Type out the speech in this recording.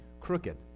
crooked